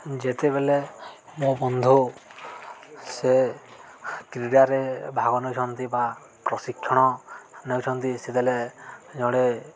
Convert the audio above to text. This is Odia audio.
ଯେତେବେଳେ ମୋ ବନ୍ଧୁ ସେ କ୍ରୀଡ଼ାରେ ଭାଗ ନେଉଛନ୍ତି ବା ପ୍ରଶିକ୍ଷଣ ନେଉଛନ୍ତି ସେତେବେଳେ ଜଣେ